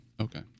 okay